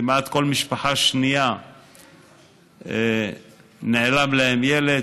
כמעט כל משפחה שנייה נעלם לה ילד,